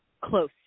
close